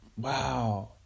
Wow